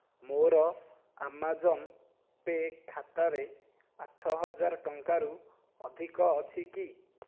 ମୋର Amazon Pay ଖାତାରେ ଆଠ ହଜାର ଟଙ୍କାରୁ ଅଧିକ ଅଛି କି